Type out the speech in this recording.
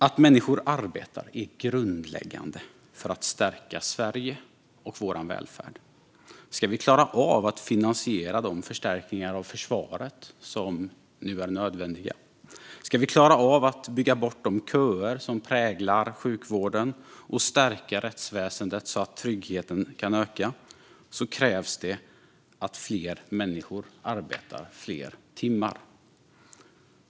Att människor arbetar är grundläggande för att stärka Sverige och Sveriges välfärd. Om vi ska klara av att finansiera de förstärkningar av försvaret som nu är nödvändiga, att bygga bort de köer som präglar sjukvården och att stärka rättsväsendet så att tryggheten kan öka krävs det att fler människor arbetar fler timmar.